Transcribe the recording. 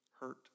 hurt